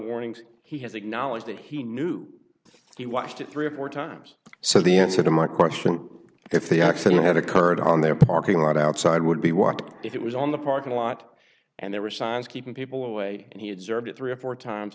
warnings he has acknowledged that he knew he watched it three or four times so the answer to my question if the accident had occurred on their parking lot outside would be walked if it was on the parking lot and there were signs keeping people away and he had served three or four times